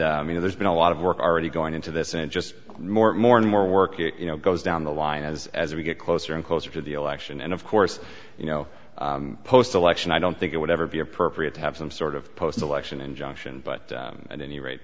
and you know there's been a lot of work already going into this and just more and more and more work it you know goes down the line as as we get closer and closer to the election and of course you know post election i don't think it would ever be appropriate to have some sort of post election injunction but at any rate